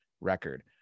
record